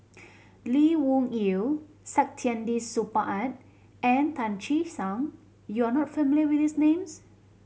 Lee Wung Yew Saktiandi Supaat and Tan Che Sang you are not familiar with these names